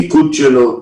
מיקוד שלו.